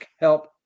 help